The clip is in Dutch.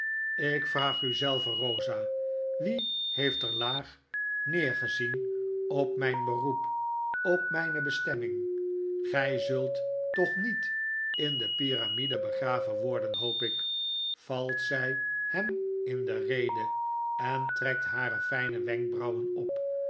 ik vraag u zelve eosa wie heeft er laag neer gezien op myn beroep op mijne bestemming gy zult toch niet in de pyramiden begraven worden hoop ik valt zy hem in de rede en trekt hare fijne wenkbrauwen op